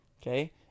Okay